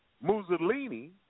Mussolini